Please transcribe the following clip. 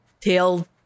tail